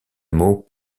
mot